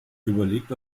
überlegt